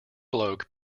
bloke